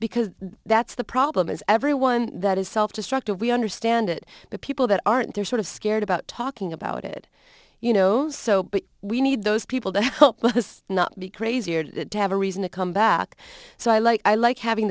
because that's the problem is everyone that is self destructive we understand it the people that aren't there sort of scared about talking about it you know so but we need those people to not be crazy to have a reason to come back so i like i like having